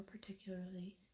particularly